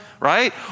right